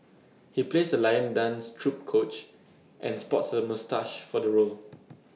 he plays A lion dance troupe coach and sports A moustache for the role